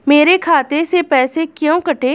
मेरे खाते से पैसे क्यों कटे?